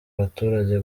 abaturage